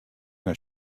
nei